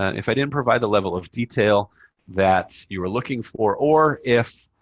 ah if i didn't provide the level of detail that you were looking for, or if